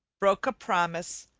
broke a promise,